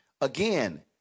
Again